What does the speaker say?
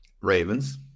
Ravens